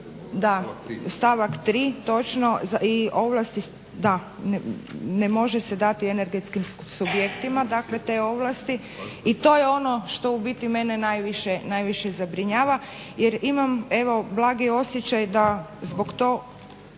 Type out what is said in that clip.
Da stavak 3. točno i ovlasti da, ne može se dati energetskim subjektima dakle te ovlasti i to je ono što u biti mene najviše zabrinjava jer imam evo blagi osjećaj da zbog tog